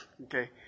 Okay